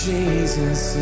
Jesus